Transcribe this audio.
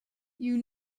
you